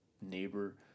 neighbor